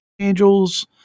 Angels